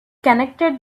connected